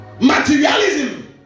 materialism